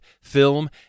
film